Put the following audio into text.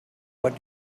what